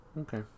okay